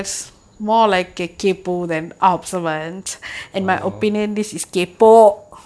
mm